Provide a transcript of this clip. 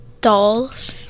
dolls